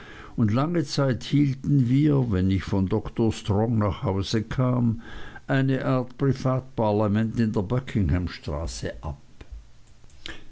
und lange zeit hielten wir wenn ich von doktor strong nach hause kam eine art privatparlament in der buckingham straße ab